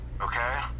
okay